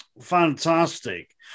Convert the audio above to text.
fantastic